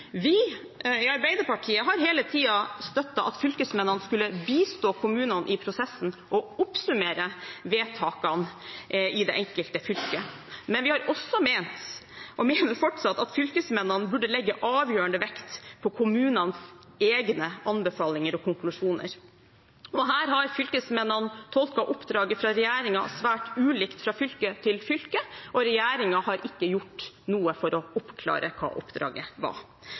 Vi i Arbeiderpartiet har hele tiden støttet at fylkesmennene skulle bistå kommunene i prosessen og oppsummere vedtakene i det enkelte fylket. Men vi har også ment – og mener fortsatt – at fylkesmennene burde legge avgjørende vekt på kommunenes egne anbefalinger og konklusjoner. Her har fylkesmennene tolket oppdraget fra regjeringen svært ulikt fra fylke til fylke, og regjeringen har ikke gjort noe for å oppklare hva oppdraget var.